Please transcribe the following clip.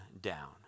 down